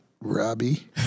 Robbie